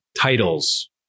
titles